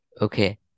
okay